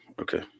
okay